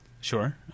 Sure